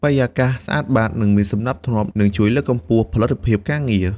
បរិយាកាសស្អាតបាត និងមានសណ្ដាប់ធ្នាប់ នឹងជួយលើកកម្ពស់ផលិតភាពការងារ។